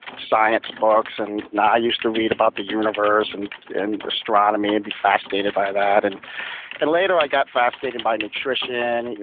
science books, and i used to read about the universe and and astronomy and be fascinated by that. and and later i got fascinated by nutrition.